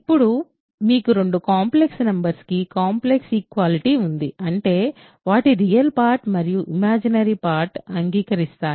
ఇప్పుడు మీకు రెండు కాంప్లెక్స్ నంబర్స్ కి కాంప్లెక్స్ ఈక్వాలిటీ ఉంది అంటే వాటి రియల్ పార్ట్స్ మరియు ఇమాజినరీ పార్ట్స్ అంగీకరిస్తాయి